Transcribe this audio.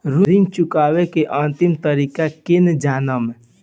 ऋण चुकौती के अंतिम तारीख केगा जानब?